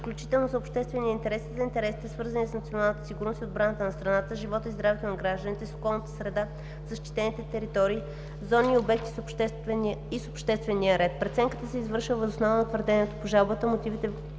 включително за обществения интерес и за интересите, свързани с националната сигурност и отбраната на страната, с живота и здравето на гражданите, с околната среда, защитените територии, зони и обекти и с обществения ред. Преценката се извършва въз основа на твърденията по жалбата, мотивите,